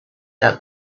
that